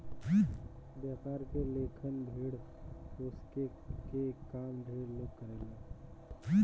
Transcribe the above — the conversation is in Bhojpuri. व्यापार के लेखन भेड़ पोसके के काम ढेरे लोग करेला